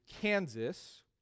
Kansas